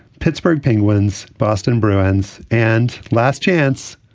pittsburgh penguins. boston bruins. and last chance.